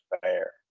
fair